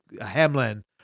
Hamlin